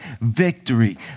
victory